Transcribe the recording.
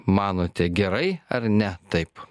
manote gerai ar ne taip